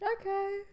Okay